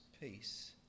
peace